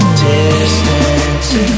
distance